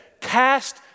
cast